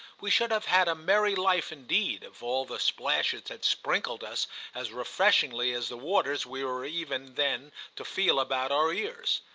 we should have had a merry life indeed if all the splashes had sprinkled us as refreshingly as the waters we were even then to feel about our ears.